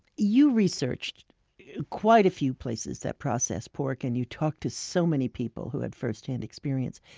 you researched quite a few places that process pork. and you talked to so many people who had firsthand experience.